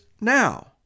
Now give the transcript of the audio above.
now